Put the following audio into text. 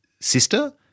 sister